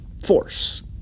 force